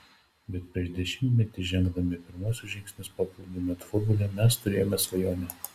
bet prieš dešimtmetį žengdami pirmuosius žingsnius paplūdimio futbole mes turėjome svajonę